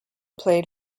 played